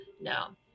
no